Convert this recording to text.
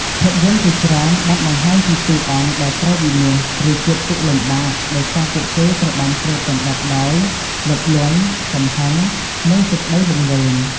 ភាពយន្តជាច្រើនបានបង្ហាញពីតួអង្គដែលត្រូវវិនាស ឬជួបទុក្ខលំបាកដោយសារពួកគេត្រូវបានគ្របដណ្ដប់ដោយ លោភលន់ កំហឹង និងសេចក្តីវង្វេង។